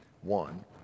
one